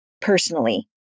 personally